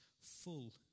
full